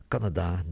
Canada